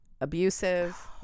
abusive